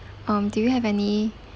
um do you have any